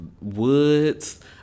Woods